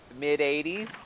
mid-'80s